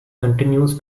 continues